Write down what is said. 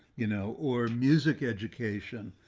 you know, or music education.